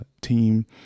team